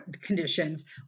conditions